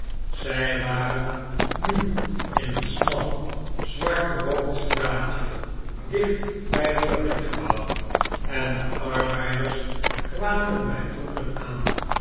zij waren nu in een smal zwart berookt straatje dicht bij het fabriekgebouw en de arbeiders kwamenjbij troepen aan